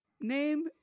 Name